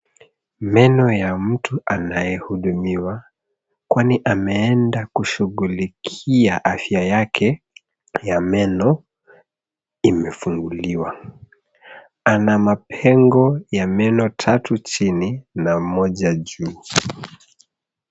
Meno ya mtu anayehudumiwa, kwani ameenda kushughulikia afya yake ya meno, imefunguliwa. Ana mapengo ya meno tatu chini na moja juu.